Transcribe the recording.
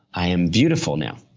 i am beautiful now.